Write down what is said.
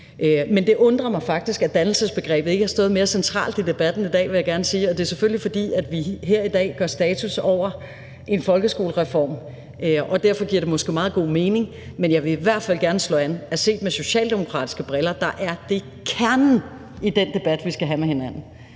Men det undrer mig faktisk, at dannelsesbegrebet ikke har stået mere centralt i debatten i dag, vil jeg gerne sige. Det er selvfølgelig, fordi vi her i dag gør status over en folkeskolereform, og derfor giver det måske meget god mening. Men jeg vil i hvert fald gerne slå an, at set med socialdemokratiske briller er det kernen i den debat, vi skal have med hinanden.